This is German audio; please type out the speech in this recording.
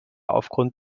aufgrund